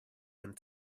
and